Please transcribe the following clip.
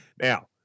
Now